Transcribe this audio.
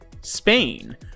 Spain